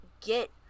get